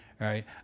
right